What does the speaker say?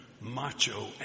macho